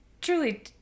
truly